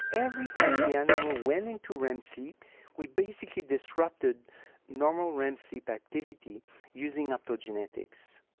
every time the animal went into rem sleep we basically disrupted normal rem sleep activity using optogenetics.